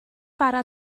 bara